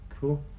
Cool